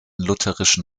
lutherischen